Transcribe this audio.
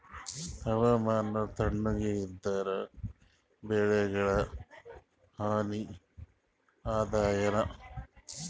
ಹವಾಮಾನ ತಣುಗ ಇದರ ಬೆಳೆಗೊಳಿಗ ಹಾನಿ ಅದಾಯೇನ?